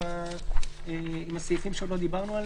עם שאר הדברים.